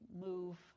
move